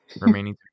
remaining